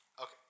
Okay